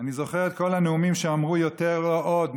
אני זוכר את כל הנאומים שאמרו: יותר לא עוד,